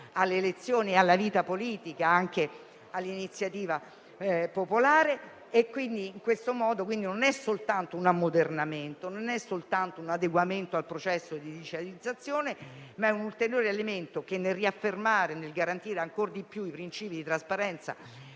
alle elezioni, alla vita politica e anche all'iniziativa popolare. Non si tratta soltanto di un ammodernamento, di un adeguamento al processo di digitalizzazione, ma è un ulteriore elemento che, nel riaffermare e nel garantire ancor di più i principi di trasparenza